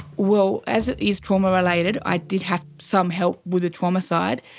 well, as it is trauma related, i did have some help with the trauma side.